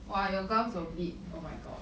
!wah! your gums will bleed oh my god